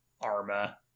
Arma